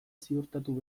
ziurtatu